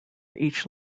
each